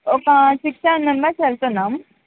ఒక six seven members వెళ్తున్నాం